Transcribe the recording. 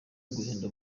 guhinda